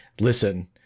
listen